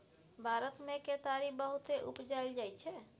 भारत मे केतारी बहुते उपजाएल जाइ छै